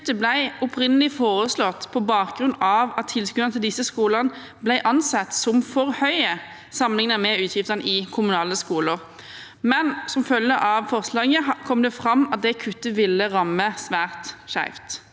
kuttet ble opprinnelig foreslått på bakgrunn av at tilskuddene til disse skolene ble ansett som for høye sammenlignet med utgiftene i kommunale skoler. Men som følge av forslaget kom det fram at det kuttet ville ramme svært skjevt,